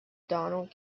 donald